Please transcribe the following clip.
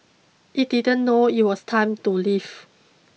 it didn't know it was time to leave